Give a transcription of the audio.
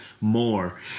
more